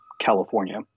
California